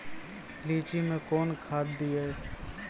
लीची मैं कौन खाद दिए?